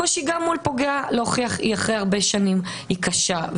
הקושי גם מול פוגע להוכיח אחרי הרבה שנים היא קשה.